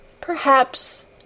Perhaps